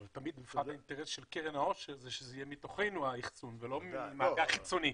אבל האינטרס של קרן העושר שהאחסון יהיה מתוכנו ולא ממאגר חיצוני.